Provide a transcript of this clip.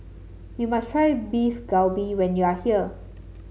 you must try Beef Galbi when you are here